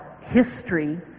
history